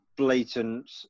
blatant